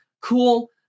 cool